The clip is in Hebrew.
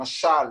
למשל,